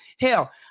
Hell